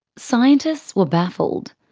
scientists were baffled.